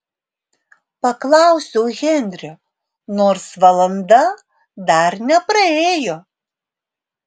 paklausiau henrio nors valanda dar nepraėjo